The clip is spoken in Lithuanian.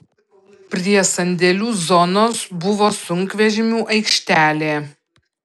prie sandėlių zonos buvo sunkvežimių aikštelė